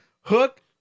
Hook